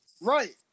right